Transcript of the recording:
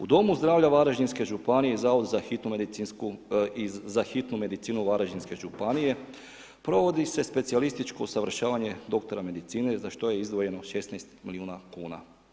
U domu zdravlja Varaždinske županije i zavod za hitnu medicinu Varaždinske županije, provodi se specijalističko usavršavanje doktora medicine za što je izdvojeno 16 milijuna kuna.